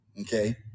okay